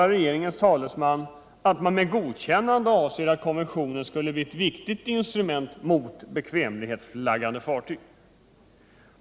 Regeringens talesman uttalar där att man med godkännandet avser att konventionen skulle bli ett viktigt instrument mot bekvämlighetsflaggade fartyg.